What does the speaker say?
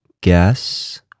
guess